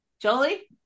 jolie